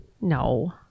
No